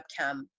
webcam